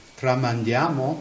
tramandiamo